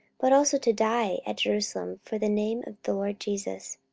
but also to die at jerusalem for the name of the lord jesus.